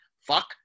Fuck